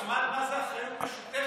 תלמד מה זה אחריות משותפת,